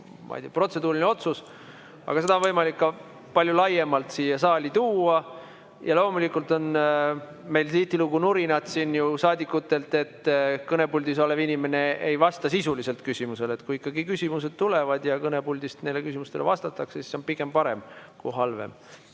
mõni protseduuriline otsus. Aga seda on võimalik ka palju laiemalt siia saali tuua. Ja loomulikult meil on tihtilugu kuulda saadikute nurinat, et kõnepuldis olev inimene ei vasta sisuliselt küsimusele. Aga kui ikkagi küsimused tulevad ja kõnepuldist neile küsimustele vastatakse, siis see on pigem parem kui halvem.